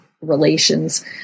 relations